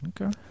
Okay